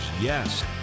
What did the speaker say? yes